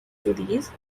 series